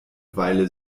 weile